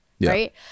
Right